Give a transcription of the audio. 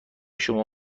شما